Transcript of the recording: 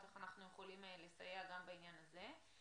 איך אנחנו יכולים לסייע גם בעניין הזה.